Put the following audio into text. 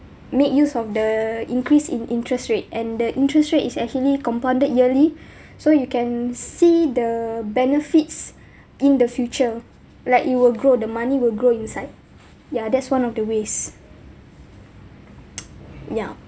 make use of the increase in interest rate and the interest rate is actually compounded yearly so you can see the benefits in the future like it will grow the money will grow inside ya that's one of the ways ya